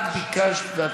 זה שאת לא,